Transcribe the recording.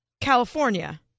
California